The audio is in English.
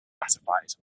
ratified